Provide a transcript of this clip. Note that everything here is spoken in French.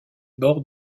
bords